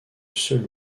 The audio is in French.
seul